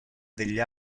degli